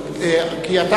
מי נגד?